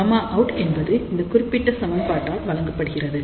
Γout என்பது இந்தக் குறிப்பிட்ட சமன்பாட்டால் வழங்கப்படுகிறது